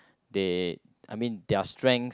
they I mean their strengths